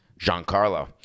Giancarlo